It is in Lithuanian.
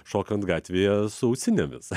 šokant gatvėje su ausinėmis